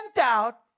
out